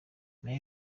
nyuma